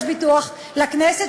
יש ביטוח לכנסת,